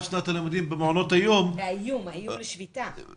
שנת הלימודים במעונות היום והאיום בשביתה,